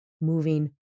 moving